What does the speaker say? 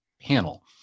panel